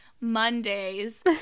Mondays